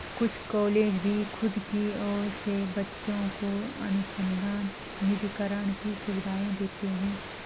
कुछ कॉलेज भी खुद की ओर से बच्चों को अनुसंधान निधिकरण की सुविधाएं देते हैं